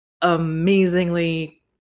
amazingly